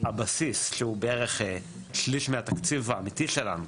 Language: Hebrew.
הבסיס שהוא בערך שליש מהתקציב האמיתי שלנו,